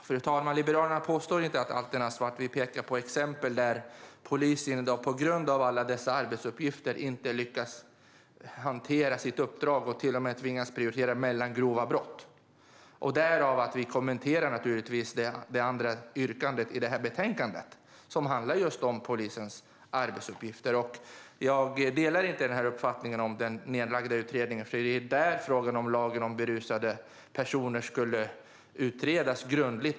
Fru talman! Liberalerna påstår inte att allt är nattsvart, utan vi pekar på exempel där polisen i dag, på grund av alla arbetsuppgifter, inte lyckas hantera sitt uppdrag och till och med tvingas prioritera mellan grova brott. Därav följer att vi naturligtvis kommenterar det andra yrkandet i betänkandet, som handlar om polisens arbetsuppgifter. Jag delar inte uppfattningen om den nedlagda utredningen, för det var där som frågan om lagen om berusade personer skulle utredas grundligt.